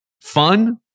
fun